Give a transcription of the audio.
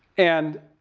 and,